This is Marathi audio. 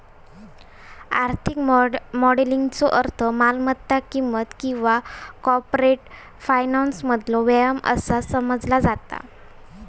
आर्थिक मॉडेलिंगचो अर्थ मालमत्ता किंमत किंवा कॉर्पोरेट फायनान्समधलो व्यायाम असा समजला जाता